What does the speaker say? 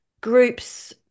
groups